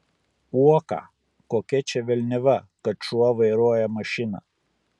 uoką kokia čia velniava kad šuo vairuoja mašiną